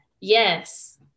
yes